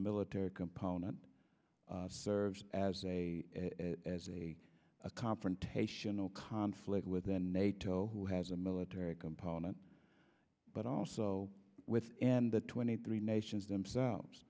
military component serves as a as a a confrontation no conflict with the nato who has a military component but also with in the twenty three nations themselves